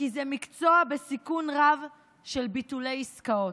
כי זה מקצוע בסיכון רב של ביטולי עסקאות.